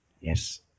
Yes